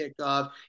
kickoff